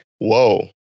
Whoa